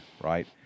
right